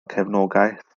cefnogaeth